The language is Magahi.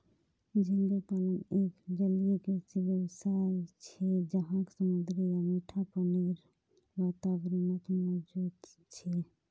झींगा पालन एक जलीय कृषि व्यवसाय छे जहाक समुद्री या मीठा पानीर वातावरणत मौजूद छे